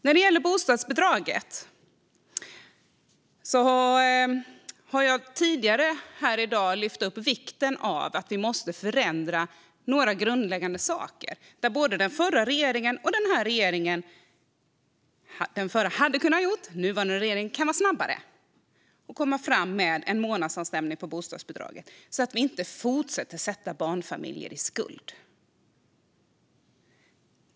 När det gäller bostadsbidraget har jag tidigare i dag lyft upp vikten av att vi måste förändra några grundläggande saker. Den förra regeringen hade kunnat, och den nuvarande regeringen kan, vara snabbare med att lägga fram förslag på en månadsavstämning på bostadsbidraget, så att vi inte fortsätter att sätta barnfamiljer i skuld.